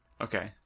Okay